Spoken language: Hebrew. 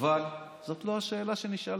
אבל זאת לא השאלה שנשאלה.